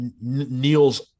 neil's